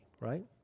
right